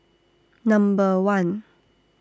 Number one